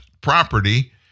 property